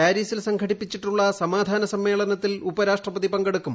പാരീസിൽ സംഘടിപ്പിച്ചിട്ടുള്ള സമാധാന സമ്മേളനത്തിൽ ഉപരാഷ്ട്രപതി പങ്കെടുക്കും